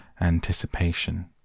anticipation